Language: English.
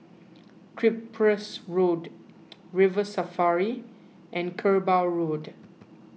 Cyprus Road River Safari and Kerbau Road